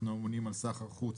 אנחנו אמונים על סחר חוץ.